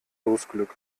losglück